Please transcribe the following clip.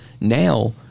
now